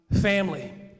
Family